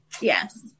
yes